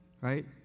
right